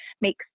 make